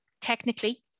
technically